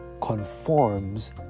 conforms